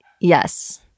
Yes